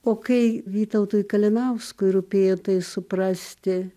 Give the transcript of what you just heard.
o kai vytautui kalinauskui rūpėjo tai suprasti